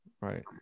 Right